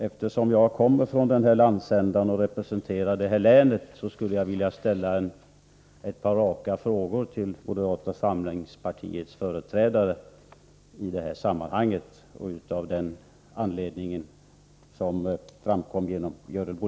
Eftersom jag kommer från denna landsända och representerar Kalmar län, skulle jag vilja ställe ett par frågor till moderata samlingspartiets företrädare i detta sammanhang.